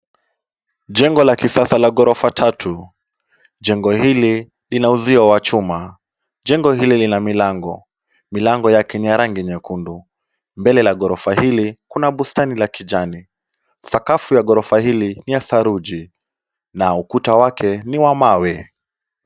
Jengo la kisasa la ghorofa tatu. Jengo hili lina uzio wa chuma. Jengo hili lina milango. Milango yake ni ya rangi nyekundu. Mbele la ghorofa hili kuna bustani la kijani. Sakafu ya ghorofa hili ni ya saruji na ukuta wake ni wa mawe.